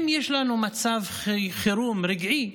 אם יש לנו מצב חירום רגעי,